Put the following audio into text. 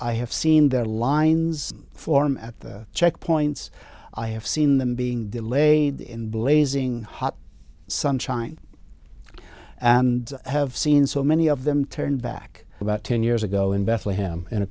i have seen their lines form at the checkpoints i have seen them being delayed in blazing hot sunshine and have seen so many of them turned back about ten years ago in bethlehem in a